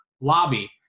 lobby